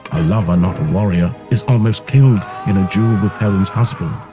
a lover not a warrior, is almost killed in a duel with helen's husband.